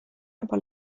aber